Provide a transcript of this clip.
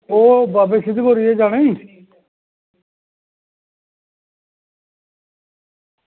ओह् बाबा सिद्ध गौरिया दे जाना ई